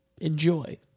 enjoy